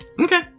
Okay